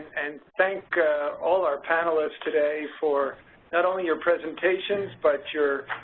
and thank ah all our panelist today for not only your presentations, but your